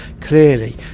clearly